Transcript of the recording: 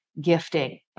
gifting